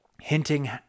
hinting